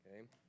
okay